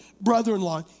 brother-in-law